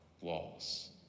walls